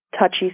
touchy